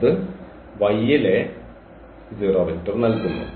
ഇത് Y ലെ 0 vector നൽകുന്നു